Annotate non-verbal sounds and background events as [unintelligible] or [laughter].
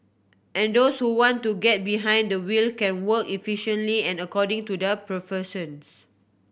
and those who want to get behind the wheel can work efficiently and according to their [unintelligible]